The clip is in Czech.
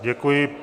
Děkuji.